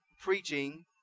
preaching